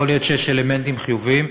יכול להיות שיש אלמנטים חיוביים,